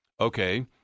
Okay